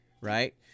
right